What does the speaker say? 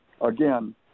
again